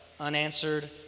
unanswered